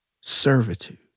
servitude